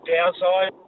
downside